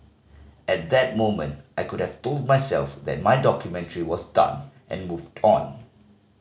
at that moment I could have told myself that my documentary was done and moved on